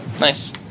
Nice